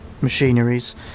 machineries